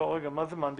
מה זה מען דיגיטלי?